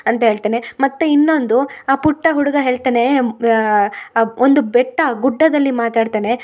ಅಂತ ಹೇಳ್ತನೆ ಮತ್ತು ಇನ್ನೊಂದು ಆ ಪುಟ್ಟ ಹುಡುಗ ಹೇಳ್ತಾನೇ ಒಂದು ಬೆಟ್ಟ ಗುಡ್ಡದಲ್ಲಿ ಮಾತಾಡ್ತಾನೆ